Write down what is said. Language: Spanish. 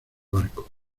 barco